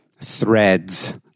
threads